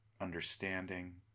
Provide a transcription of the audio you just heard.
understanding